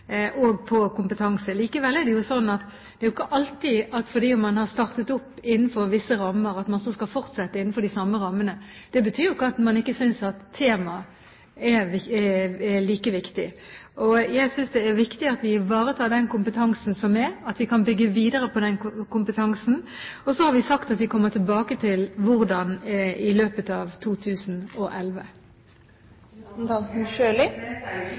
og på kompetanse. Likevel er det ikke alltid sånn at fordi om man har startet opp innenfor visse rammer, skal man fortsette innenfor de samme rammene. Det betyr ikke at man ikke synes at temaet er like viktig. Jeg synes det er viktig at vi ivaretar den kompetansen som er, og at vi kan bygge videre på den kompetansen. Så har vi sagt at vi kommer tilbake til hvordan i løpet av